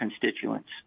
constituents